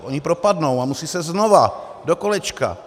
Ony propadnou a musí se znova dokolečka.